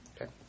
Okay